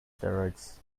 steroids